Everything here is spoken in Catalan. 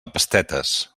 pastetes